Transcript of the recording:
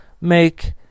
make